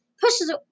pushes